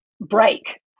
break